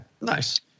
Nice